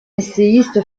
essayiste